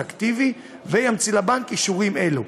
אקטיבי וימציא לבנק את האישורים האלה: